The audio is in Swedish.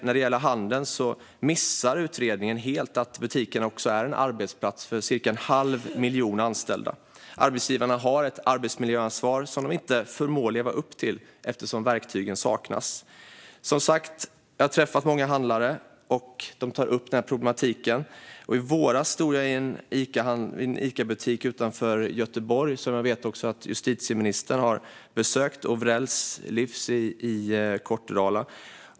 När det gäller handeln missar utredningen helt att butikerna också är arbetsplats för cirka en halv miljon anställda. Arbetsgivarna har ett arbetsmiljöansvar som de inte förmår att leva upp till eftersom verktygen saknas. Jag har som sagt träffat många handlare, och de tar upp denna problematik. I våras stod jag i en Icabutik utanför Göteborg som jag vet att också justitieministern har besökt: Ovrells livs i Kortedala.